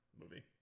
movie